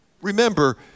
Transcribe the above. Remember